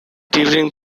during